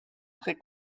très